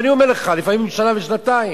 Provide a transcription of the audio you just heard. ואני אומר לך שלפעמים שנה ושנתיים.